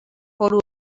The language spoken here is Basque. foru